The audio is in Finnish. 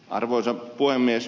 arvoisa puhemies